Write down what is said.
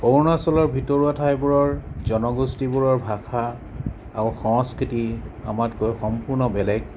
অৰুণাচলৰ ভিতৰুৱা ঠাইবোৰৰ জনগোষ্ঠীবোৰৰ ভাষা আৰু সংস্কৃতি আমাতকৈ সম্পূৰ্ণ বেলেগ